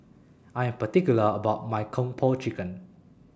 I Am particular about My Kung Po Chicken